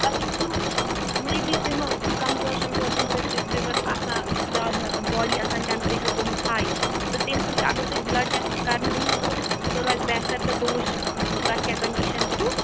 تۄہہِ ٲسِو مے بی تُہۍ ما ٲسِو کَمزور شَمزور تَمہِ سۭتۍ چھِ فِوَر آسان زیادٕ مطلب باڈی آسان ٹٮ۪مپریچَر گوٚمُت ہاے تہٕ تٔمۍ خٲطرٕ اگر تُہۍ بٕلَڈ ٹٮ۪سٹ کَرنٲیِو تہٕ سُہ روزِ بہتر تہٕ بہٕ وٕچھٕ تۄہہِ کیٛاہ کٔنڈِشَن چھُو